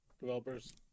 developers